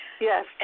Yes